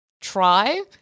try